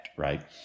right